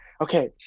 okay